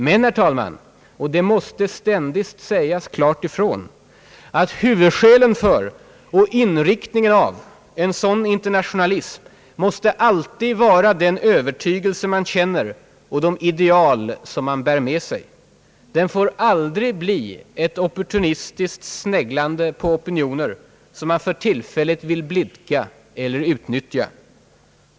Men — och det måste sägas klart ut — huvudskälen för och inriktningen av en sådan internationalism måste alltid vara Iden övertygelse man känner och de ideal man bär med sig. Den får aldrig bli ett opportunistiskt sneglande på opinioner som man för tillfället vill blidka eller utnyttja.